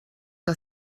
war